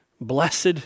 Blessed